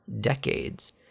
decades